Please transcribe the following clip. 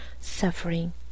suffering